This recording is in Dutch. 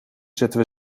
zetten